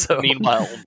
Meanwhile